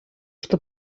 что